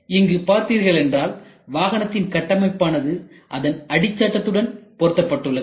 இங்கு பார்த்தீர்களென்றால் வாகனத்தின் கட்டமைப்பானது அதன் அடிச்சட்டத்துடன் பொருத்தப்பட்டுள்ளது